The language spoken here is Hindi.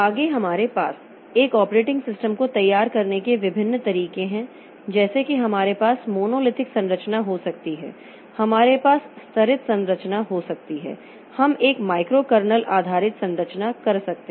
आगे हमारे पास एक ऑपरेटिंग सिस्टम को तैयार करने के विभिन्न तरीके हैं जैसे कि हमारे पास मोनोलिथिक संरचना हो सकती है हमारे पास स्तरित संरचना हो सकती है हम एक माइक्रोकर्नेल आधारित संरचना कर सकते हैं